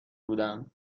بودم